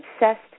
obsessed